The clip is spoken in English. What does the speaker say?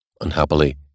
Unhappily